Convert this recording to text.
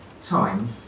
Time